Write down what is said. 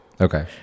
Okay